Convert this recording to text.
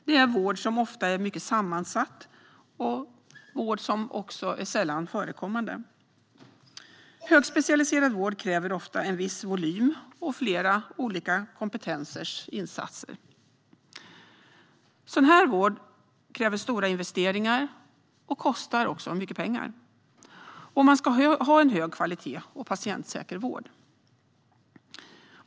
Det är vård som ofta är mycket sammansatt och sällan förekommande. Högspecialiserad vård kräver ofta en viss volym och flera olika kompetensers insatser. Sådan vård kräver stora investeringar och kostar mycket pengar om man ska ha hög kvalitet och patientsäker vård.